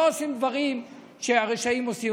והם לא עושים דברים שהרשעים עושים.